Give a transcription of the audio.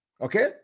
okay